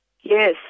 Yes